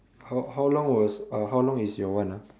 how how long was uh how long is your one ah